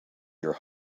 your